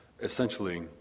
Essentially